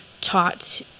taught